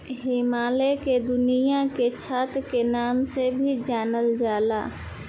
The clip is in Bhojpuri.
हिमालय के दुनिया के छत के नाम से भी जानल जाला